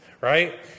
right